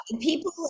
People